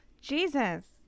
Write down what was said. Jesus